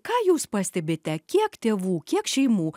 ką jūs pastebite kiek tėvų kiek šeimų